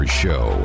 show